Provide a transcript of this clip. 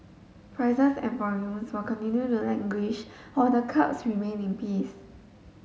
prices and volumes will continue to languish while the curbs remain in peace